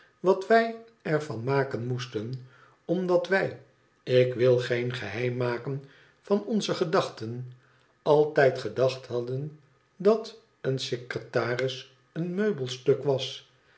wat wij er van maken moesten omdat wij ik wil geen geheim maken van onze gedachten altijd gedacht hadden dat een secretaris een meubelstuk was